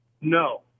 No